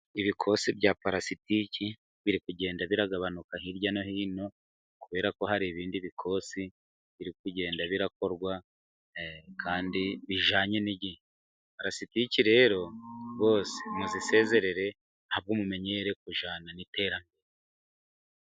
Ibikose bya palasitiki biri kugenda bigabanuka hirya no hino kubera ko hari ibindi bikosi biri kugenda bikorwa kandi bijyanye n'igihe. Palasitiki rero rwose muzisezerere ahubwo mumenyere kujyana n'iterambere.